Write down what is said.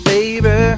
Baby